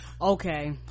okay